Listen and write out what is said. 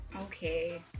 Okay